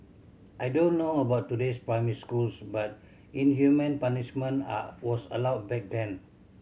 I don't know about today's primary schools but inhumane punishment are was allowed back then